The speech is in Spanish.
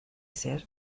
ser